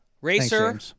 racer